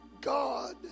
God